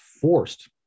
forced